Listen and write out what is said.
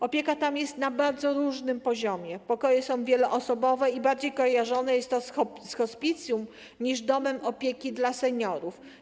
Opieka tam jest na bardzo różnym poziomie, pokoje są wieloosobowe i bardziej kojarzone jest to z hospicjum niż domem opieki dla seniorów.